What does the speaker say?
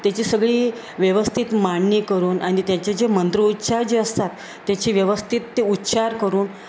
त्याची सगळी व्यवस्थित मांडणी करून आणि त्याचे जे मंत्र उच्चार जे असतात त्याची व्यवस्थित ते उच्चार करून